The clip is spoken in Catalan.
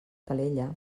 calella